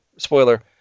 Spoiler